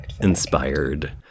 inspired